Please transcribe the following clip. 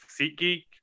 SeatGeek